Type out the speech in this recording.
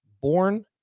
born